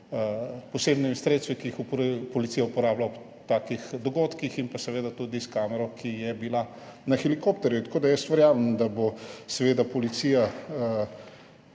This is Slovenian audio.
posebnimi sredstvi, ki jih policija uporablja ob takih dogodkih, seveda pa tudi s kamero, ki je bila na helikopterju. Tako da jaz verjamem, da bo seveda policija